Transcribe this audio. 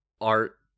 art